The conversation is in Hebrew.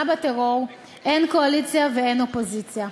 בטרור אין קואליציה ואין אופוזיציה.